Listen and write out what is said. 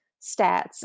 stats